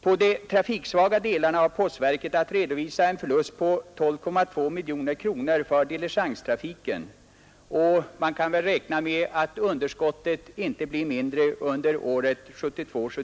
På de trafiksvaga delarna har postverket att redovisa en förlust på 12,2 miljoner kronor för diligenstrafiken, och man kan räkna med att underskottet inte blir mindre för 1972/73.